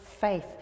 faith